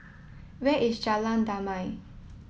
where is Jalan Damai